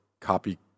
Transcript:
copy